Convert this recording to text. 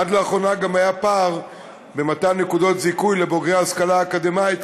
עד לאחרונה גם היה פער במתן נקודות זיכוי לבוגרי ההשכלה האקדמית,